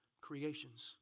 creations